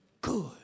good